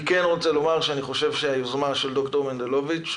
אני חושב שהיוזמה של ד"ר מנדלוביץ',